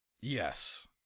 Yes